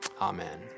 Amen